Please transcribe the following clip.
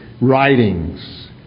writings